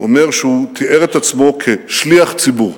אומר שהוא תיאר את עצמו כשליח ציבור,